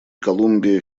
колумбия